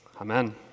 Amen